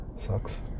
Sucks